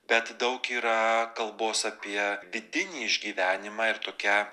bet daug yra kalbos apie vidinį išgyvenimą ir tokią